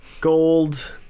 gold